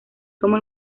como